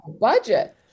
budget